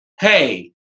Hey